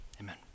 Amen